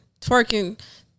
twerking